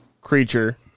creature